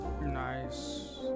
Nice